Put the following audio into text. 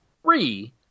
Three